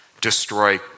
destroy